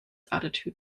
attitude